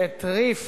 שהטריף